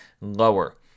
lower